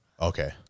Okay